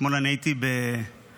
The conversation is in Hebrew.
אתמול הייתי בשיבא,